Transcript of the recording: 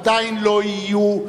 עדיין לא יהיו,